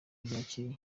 ryacyeye